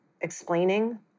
explaining